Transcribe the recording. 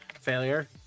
Failure